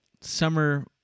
summer